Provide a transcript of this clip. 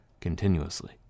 continuously